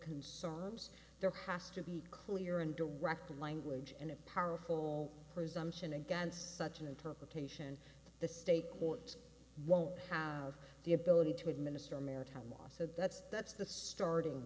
concerns there has to be clear and direct language and a powerful presumption against such an interpretation the state courts won't have the ability to administer maritime law so that's that's the starting